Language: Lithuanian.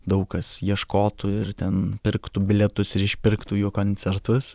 daug kas ieškotų ir ten pirktų bilietus ir išpirktų jų koncertus